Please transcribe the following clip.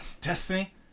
Destiny